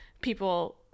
people